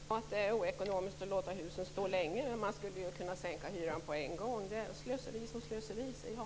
Herr talman! Jag tycker att det i så fall är oekonomiskt att låta husen stå tomma länge. Man skulle kunna sänka hyran med en gång. Det ena är slöseri likaväl som det andra.